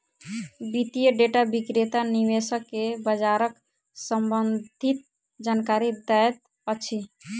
वित्तीय डेटा विक्रेता निवेशक के बजारक सम्भंधित जानकारी दैत अछि